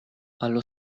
allo